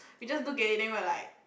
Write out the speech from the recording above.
we just look at it then we were like